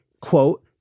quote